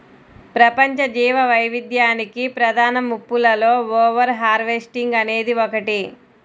ప్రపంచ జీవవైవిధ్యానికి ప్రధాన ముప్పులలో ఓవర్ హార్వెస్టింగ్ అనేది ఒకటి